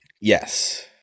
Yes